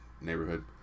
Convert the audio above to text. neighborhood